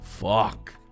fuck